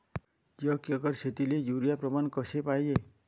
एक एकर शेतीले युरिया प्रमान कसे पाहिजे?